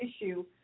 issue